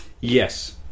Yes